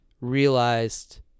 realized